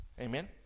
Amen